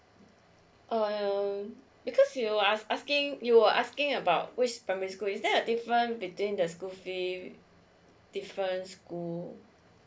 oh ya um because you ask asking you are asking about which primary school is there a difference between the school fee different school